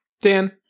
Dan